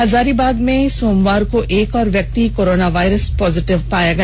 हजारीबाग में सोमवार को एक और व्यक्ति कोरोनावायरस पॉजिटिव पाया गया